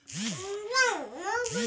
पानी से पेड़ पौधा जानवर सब जिन्दा रहेले